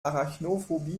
arachnophobie